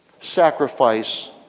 sacrifice